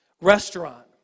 restaurant